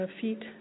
feet